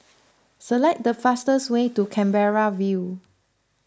select the fastest way to Canberra View